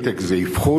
intake זה אבחון,